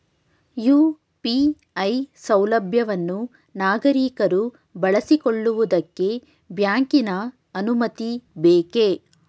UPI ಸೌಲಭ್ಯವನ್ನು ನಾಗರಿಕರು ಬಳಸಿಕೊಳ್ಳುವುದಕ್ಕೆ ಬ್ಯಾಂಕಿನ ಅನುಮತಿ ಬೇಕೇ?